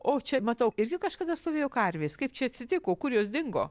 o čia matau irgi kažkada stovėjo karvės kaip čia atsitiko kur jos dingo